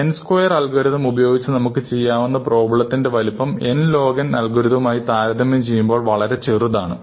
n square algorithm ഉപയോഗിച്ച് നമുക്ക് ചെയ്യാവുന്ന പ്രോബ്ലത്തിന്റെ വലിപ്പം nlogn അൽഗോരിതവുമായി താരതമ്യം ചെയ്യുമ്പോൾ വളരെ വളരെ ചെറുതാണ്